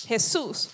Jesus